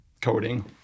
coding